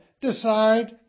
decide